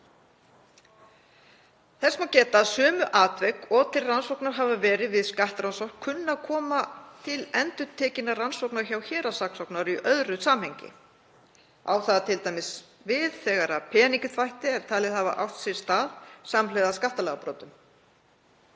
Þess má geta að sömu atvik og til rannsóknar hafa verið við skattrannsókn kunna að koma til endurtekinnar rannsóknar hjá héraðssaksóknara í öðru samhengi. Á það t.d. við þegar peningaþvætti er talið hafa átt sér stað samhliða skattalagabrotum.